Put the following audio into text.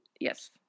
Yes